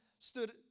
stood